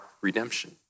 redemption